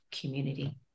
community